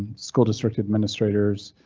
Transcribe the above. school district administrators,